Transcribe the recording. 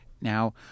Now